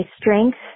strength